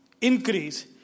increase